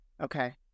okay